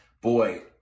Boy